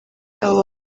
abo